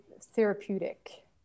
therapeutic